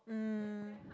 mm